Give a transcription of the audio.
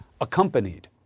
accompanied